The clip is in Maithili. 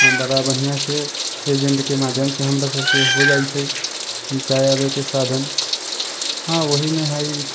हँ बड़ा बढियाँ से एजेंट के माध्यम से हमरा सबके हो जाइ छै जाय आबय के साधन हँ ओहि मे है